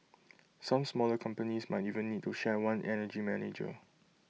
some smaller companies might even need to share one energy manager